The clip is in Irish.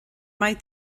mbeidh